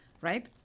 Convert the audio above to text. right